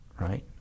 right